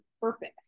purpose